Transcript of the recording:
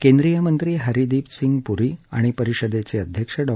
केंद्रीय मंत्री हरदीपसिंग पुरी आणि परिषदेचे अध्यक्ष डॉ